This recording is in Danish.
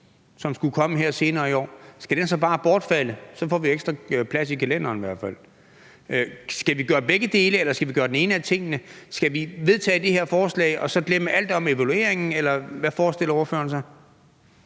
som skulle komme her senere i år? Skal den så bare bortfalde? Så får vi jo i hvert fald ekstra plads i kalenderen. Skal vi gøre begge dele, eller skal vi gøre den ene af tingene? Skal vi vedtage det her forslag og så glemme alt om evalueringen, eller hvad forestiller ordføreren